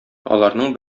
аларның